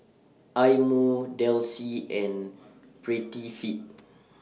Eye Mo Delsey and Prettyfit